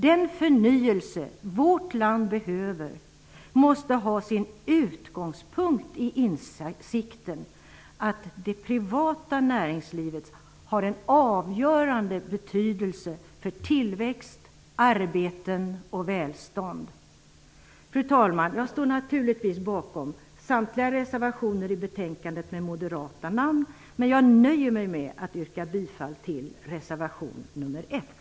Den förnyelse vårt land behöver måste ha sin utgångspunkt i insikten att det privata näringslivet har en avgörande betydelse för tillväxt, arbeten och välstånd. Fru talman! Jag står naturligtvis bakom samtliga reservationer till betänkandet med moderata namn, men jag nöjer mig med att yrka bifall till reservation nr 1.